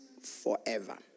forever